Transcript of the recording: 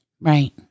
Right